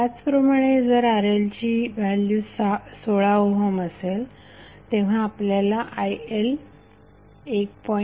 त्याचप्रमाणे जरRLची value 16 ohm असेल तेव्हा आपल्याला IL 1